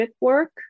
work